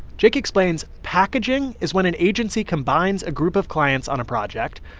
jake explains packaging is when an agency combines a group of clients on a project.